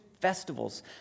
festivals